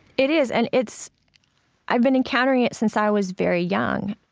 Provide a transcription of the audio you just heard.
it is, and it's i've been encountering it since i was very young.